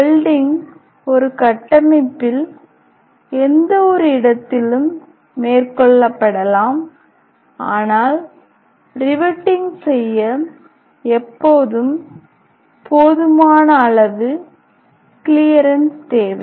welding ஒரு கட்டமைப்பில் எந்தவொரு இடத்திலும் மேற்கொள்ளப்படலாம் ஆனால் ரிவெட்டிங் செய்ய எப்போதும் போதுமான அளவு கிளியரன்ஸ் தேவை